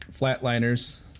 Flatliners